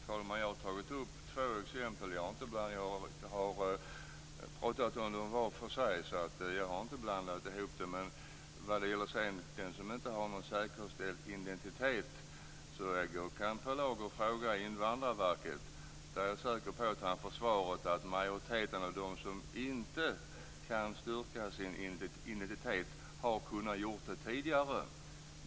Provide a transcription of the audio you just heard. Fru talman! Jag har tagit upp två exempel, och jag har talat om dem var för sig, och jag har inte blandat ihop dem. Men när det sedan gäller den som inte har någon säkerställd identitet kan Per Lager fråga Invandrarverket. Då är jag säker på att han får svaret att majoriteten av dem som inte kan styrka sin identitet har kunnat göra det tidigare.